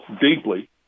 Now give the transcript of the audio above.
deeply